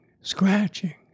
scratching